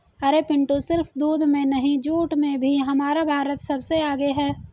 अरे पिंटू सिर्फ दूध में नहीं जूट में भी हमारा भारत सबसे आगे हैं